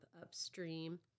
upstream